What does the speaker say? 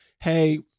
Hey